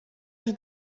els